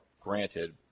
granted